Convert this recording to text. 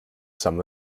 some